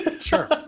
Sure